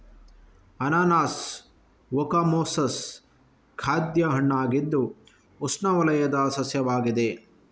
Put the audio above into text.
ಅನಾನಸ್ ಓಕಮೊಸಸ್ ಖಾದ್ಯ ಹಣ್ಣಾಗಿದ್ದು ಉಷ್ಣವಲಯದ ಸಸ್ಯವಾಗಿದೆ